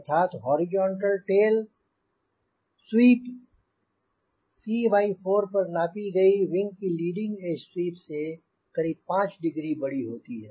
अर्थात horizontal tail sweep c4 पर नापी गई विंग की लीडिंग एज स्वीप से करीब 5 डिग्री बड़ी होती है